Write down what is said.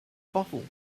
bottle